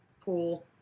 Pool